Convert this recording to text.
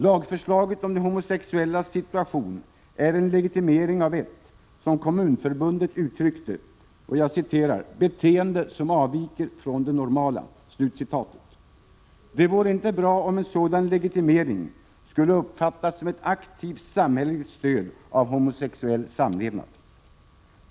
Lagförslaget om de homosexuellas situation är en legitimering av ett — som Kommunförbundet uttryckt det — ”beteende som avviker från det normala”. Det vore inte bra om en sådan legitimering skulle uppfattas som ett aktivt samhälleligt stöd av homosexuell samlevnad.